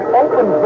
open